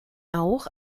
auch